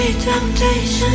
Temptation